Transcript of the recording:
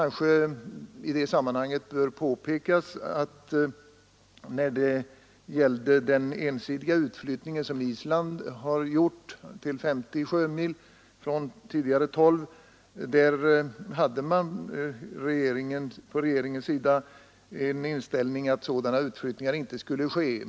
När det gällde Islands ensidiga utflyttning av fiskegränsen från 12 till 50 sjömil hade regeringen tidigare den inställningen att sådana utflyttningar inte borde ske.